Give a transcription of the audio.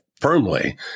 firmly